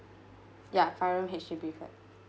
ya five room H_D_B flat